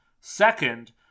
Second